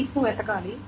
leaf ను వెతకాలి